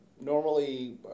normally